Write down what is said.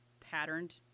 patterned